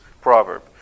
proverb